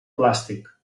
plàstic